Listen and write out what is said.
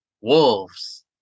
Wolves